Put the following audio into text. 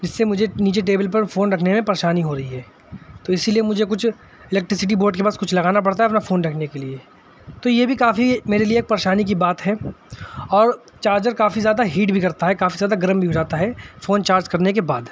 جس سے مجھے نیچے ٹیبل پر فون رکھنے میں پریشانی ہو رہی ہے تو اسی لیے مجھے کچھ الیکٹسٹی بوڈ کے پاس کچھ لگانا پڑتا ہے اپنا فون رکھنے کے لیے تو یہ بھی کافی میرے لیے ایک پریشانی کی بات ہے اور چارجر کافی زیادہ ہیٹ بھی کرتا ہے کافی زیادہ گرم بھی ہوجاتا ہے فون چارج کرنے کے بعد